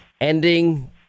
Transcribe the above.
ending